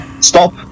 Stop